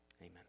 amen